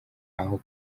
aho